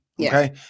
Okay